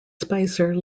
spicer